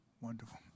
Wonderful